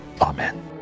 Amen